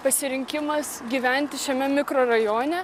pasirinkimas gyventi šiame mikrorajone